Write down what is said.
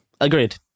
Agreed